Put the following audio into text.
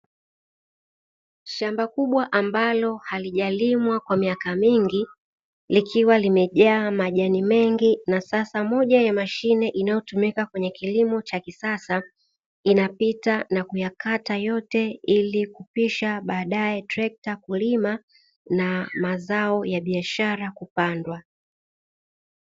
Shamba kubwa ambalo halijalimwa kwa miaka mingi, likiwa limejaa majani mengi na sasa moja ya mashine inayotumika kwenye kilimo cha kisasa inapita na kuyakata yote, ili kupisha baadae trekta kulima na mazao ya biashara kupandwa.